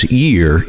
year